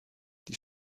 die